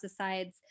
pesticides